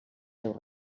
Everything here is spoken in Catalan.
seus